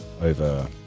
over